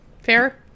fair